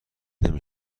نمی